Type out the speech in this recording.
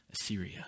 Assyria